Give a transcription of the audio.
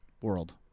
world